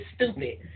stupid